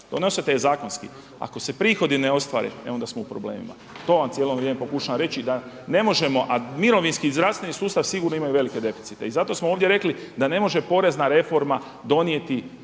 donosite je zakonski, ako se prihodi ne ostvare, e onda smo u problemima. To vam cijelo vrijeme pokušavam reći da ne možemo, a mirovinski i zdravstveni sustav sigurno imaju velike deficite. I zato smo ovdje rekli da ne može porezna reforma donijeti